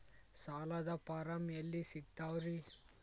ಸಾಲದ ಫಾರಂ ಎಲ್ಲಿ ಸಿಕ್ತಾವ್ರಿ?